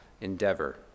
endeavor